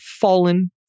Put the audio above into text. fallen